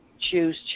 choose